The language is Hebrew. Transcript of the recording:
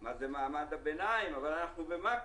מה זה מעמד הביניים אבל אנחנו במקרו.